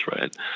right